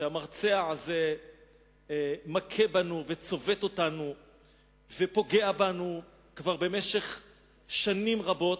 שהמרצע הזה מכה בנו וצובט אותנו ופוגע בנו כבר שנים רבות.